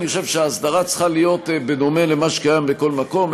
אני חושב שההסדרה צריכה להיות בדומה למה שקיים בכל מקום.